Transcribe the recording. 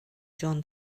john